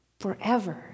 forever